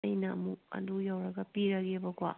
ꯑꯩꯅ ꯑꯃꯨꯛ ꯑꯗꯨ ꯌꯧꯔꯒ ꯄꯤꯔꯒꯦꯕꯀꯣ